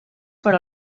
per